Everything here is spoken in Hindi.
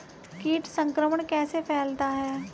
कीट संक्रमण कैसे फैलता है?